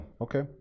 okay